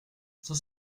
cent